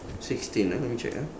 sixteen ah let me check ah